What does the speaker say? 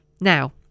Now